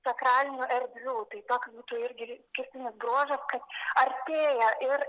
sakralinių erdvių tai toks būtų irgi išskirtinis grožis kad artėja ir